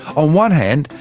on one hand,